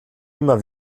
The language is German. immer